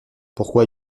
pourquoi